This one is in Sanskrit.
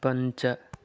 पञ्च